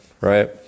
right